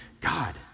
God